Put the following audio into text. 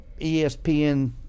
ESPN